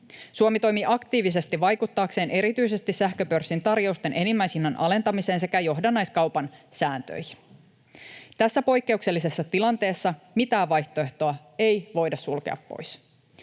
Suomi toimii aktiivisesti vaikuttaakseen erityisesti sähköpörssin tarjousten enimmäishinnan alentamiseen sekä johdannaiskaupan sääntöihin. Tässä poikkeuksellisessa tilanteessa mitään vaihtoehtoa ei voida sulkea pois.